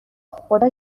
خدا